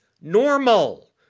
normal